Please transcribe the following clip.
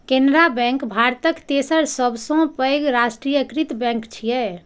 Canara bank भारतक तेसर सबसं पैघ राष्ट्रीयकृत बैंक छियै